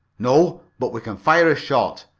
no but we can fire a shot,